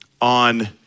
on